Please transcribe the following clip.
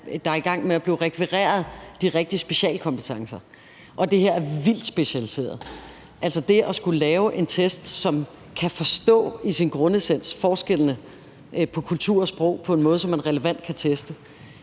er i gang med at blive rekvireret, og det her er vildt specialiseret. Altså, det at skulle lave en test, som i sin grundessens kan forstå forskellene i kultur og sprog på en måde, så man relevant kan teste,